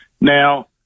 Now